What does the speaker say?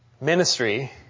ministry